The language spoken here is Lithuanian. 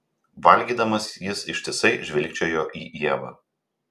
valgydamas jis ištisai žvilgčiojo į ievą